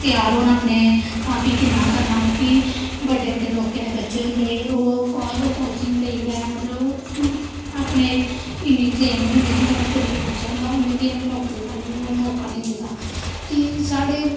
त्यार होना अपने आपकि'न्ना गै करना ऐ कि बड्डे बड्डे लोकें दे बच्चे होंदे ओह् कोचिंग लेइयै मतलब अपने इ'न्ने ट्रेन होई जंदे कि जेह्ड़ा गरीब बच्चा होंदा उ'नें गी बी नौकरी करने दा मौका निं मिलदा कि साढ़े